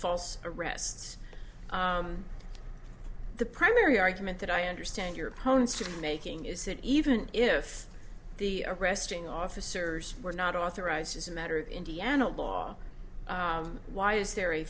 false arrests the primary argument that i understand your opponents are making is that even if the arresting officers were not authorized as a matter of indiana law why is there a